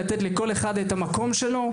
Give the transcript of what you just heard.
לתת לכל אחד את המקום שלו,